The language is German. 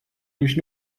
durch